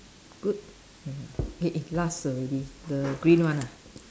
good ya eh eh last already the green one ah